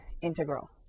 integral